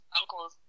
uncles